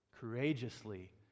courageously